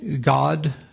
God